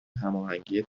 هماهنگی